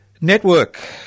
Network